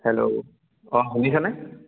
hello অঁ শুনিছেনে